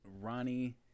Ronnie